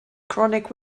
chronic